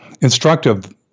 instructive